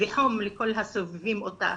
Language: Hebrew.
וחום לכל הסובבים אותה,